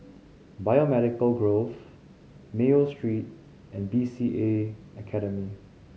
Biomedical Grove Mayo Street and B C A Academy